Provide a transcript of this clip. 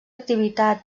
activitat